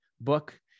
book